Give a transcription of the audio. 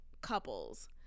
couples